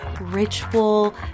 ritual